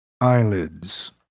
Eyelids